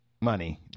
money